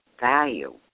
value